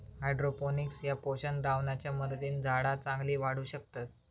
hydroponics ह्या पोषक द्रावणाच्या मदतीन झाडा चांगली वाढू शकतत